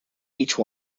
each